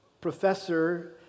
professor